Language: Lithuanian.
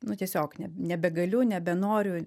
nu tiesiog ne nebegaliu nebenoriu